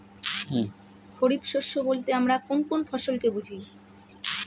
খরিফ শস্য বলতে আমরা কোন কোন ফসল কে বুঝি?